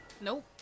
Nope